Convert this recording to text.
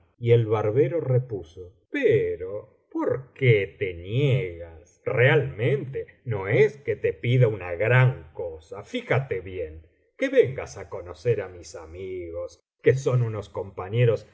y el barbero repuso pero por qué te niegas realmente no es que te pida una gran cosa fíjate bien que vengas á conocer á mis amigos que son unos compañeros deliciosos y